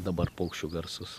dabar paukščių garsus